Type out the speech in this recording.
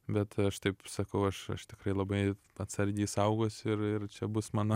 bet aš taip sakau aš aš tikrai labai atsargiai saugosiu ir ir čia bus mano